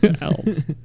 else